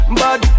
bad